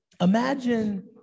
imagine